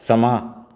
ਸਮਾਂ